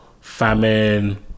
famine